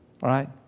Right